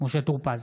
משה טור פז,